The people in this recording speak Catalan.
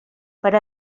per